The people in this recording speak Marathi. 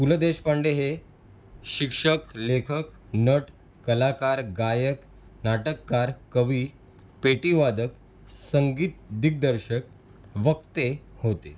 पु ल देशपांडे हे शिक्षक लेखक नट कलाकार गायक नाटककार कवी पेटीवादक संगीत दिग्दर्शक वक्ते होते